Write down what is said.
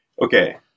Okay